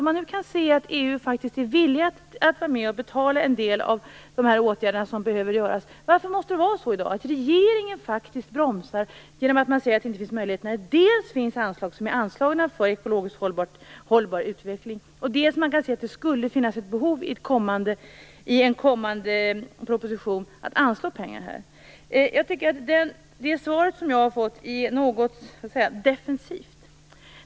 Om man nu kan se att EU faktiskt är villig att vara med och betala för en del av de åtgärder som behöver vidtas undrar jag varför det måste vara så i dag att regeringen bromsar genom att säga att det inte finns några möjligheter. Det finns ju anslag för åtgärder för en ekologiskt hållbar utveckling. Dessutom kan man se att det finns behov av att i en kommande proposition anslå pengar. Jag tycker att det svar jag fått är något defensivt.